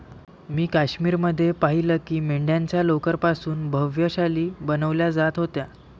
मी काश्मीर मध्ये पाहिलं की मेंढ्यांच्या लोकर पासून भव्य शाली बनवल्या जात होत्या